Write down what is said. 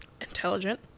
Intelligent